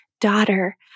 daughter